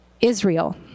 Israel